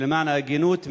ולמען ההגינות,